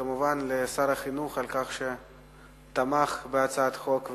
כמובן לשר החינוך על כך שתמך בהצעת החוק,